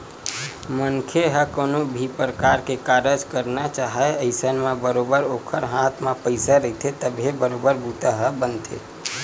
मनखे ह कोनो भी परकार के कारज करना चाहय अइसन म बरोबर ओखर हाथ म पइसा रहिथे तभे बरोबर बूता ह बनथे